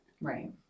Right